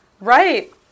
Right